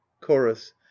chorus